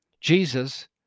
Jesus